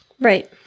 Right